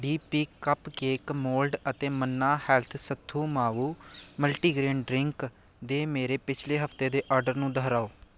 D P cupcake mould ਅਤੇ Manna health sathu maavu multigrain drink ਦੇ ਮੇਰੇ ਪਿਛਲੇ ਹਫਤੇ ਦੇ ਆਰਡਰ ਨੂੰ ਦੁਹਰਾਓ